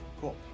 Cool